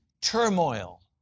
turmoil